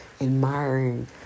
admiring